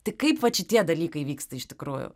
tai kaip vat šitie dalykai vyksta iš tikrųjų